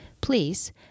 Please